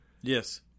yes